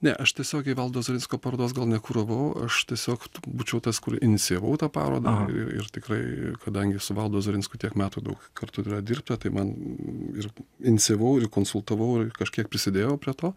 ne aš tiesiogiai valdo savicko parodos gal nekuravau aš tiesiog būčiau tas kur inicijavau tą parodą ir tikrai kadangi su valdu ozarinsku tiek metų daug kartų yra dirbta tai man ir inicijavau ir konsultavau ir kažkiek prisidėjau prie to